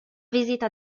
visita